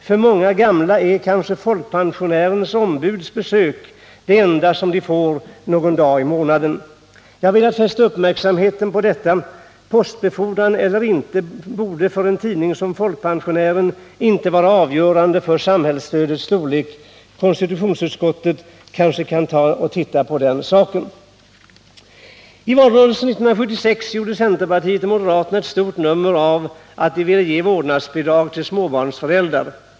För många gamla människor är kanske besöket av Folkpensionärens ombud det enda besök som de får någon gång i månaden. Jag har velat fästa uppmärksamheten på detta. Frågan om postbefordran eller inte borde för en tidning som Folkpensionären inte få vara avgörande för samhällsstödets storlek. Konstitutionsutskottet kanske kan se på den saken. I valrörelsen 1976 gjorde centerpartiet och moderaterna ett stort nummer av att de ville ge vårdnadsbidrag till småbarnsföräldrar.